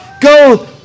go